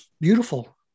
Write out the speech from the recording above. beautiful